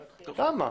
למה?